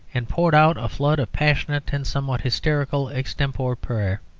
and poured out a flood of passionate and somewhat hysterical extempore prayer,